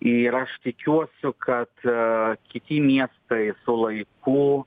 ir aš tikiuosi kad e kiti miestai su laiku